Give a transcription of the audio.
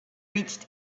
reached